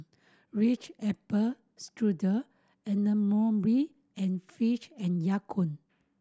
Ritz Apple Strudel Abercrombie and Fitch and Ya Kun